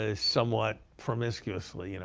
ah somewhat promiscuously. you know